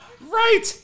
Right